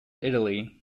italy